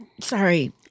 Sorry